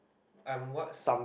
I'm what